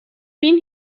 been